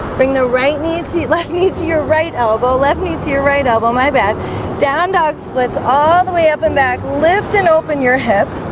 bring the right knee to left knee to your right elbow left knee to your right elbow my bet down dog splits all the way up and back lift and open your hip